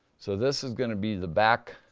so this is gonna be the back.